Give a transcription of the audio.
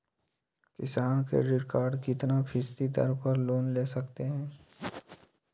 किसान credit card कितना फीसदी दर पर लोन ले सकते हैं?